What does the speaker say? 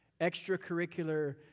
extracurricular